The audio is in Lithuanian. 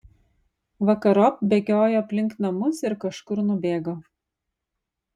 vakarop bėgiojo aplink namus ir kažkur nubėgo